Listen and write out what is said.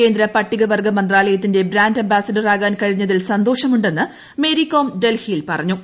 കേന്ദ്ര പട്ടികവർഗ മന്ത്രാലയത്തിന്റെ ബ്രാൻഡ് അംബാസിഡറാകാൻ കഴിഞ്ഞതിൽ സന്തോഷമുണ്ടെന്ന് മേരിക്കോട് ഡൽഹിയിൽ പറഞ്ഞു